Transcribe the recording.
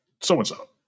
so-and-so